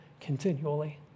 continually